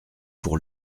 pour